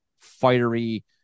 fiery